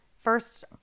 first